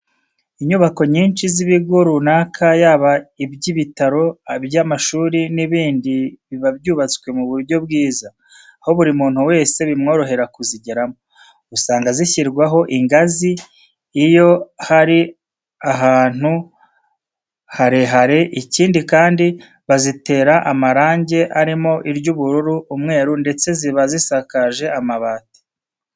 Inyubako nyinshi z'ibigo runaka yaba iby'ibitaro, iby'amashuri n'ibindi biba byubatswe mu buryo bwiza, aho buri muntu wese bimworohera kuzigeramo. Usanga zishyirwaho ingazi iyo hari ahantu harehare, ikindi kandi bazitera amarange arimo iry'ubururu, umweru ndetse ziba zisakaje amabati.